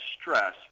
stress